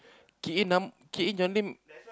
key in num~ key in your name